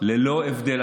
ללא הבדל,